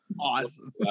Awesome